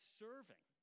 serving